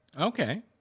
Okay